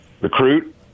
recruit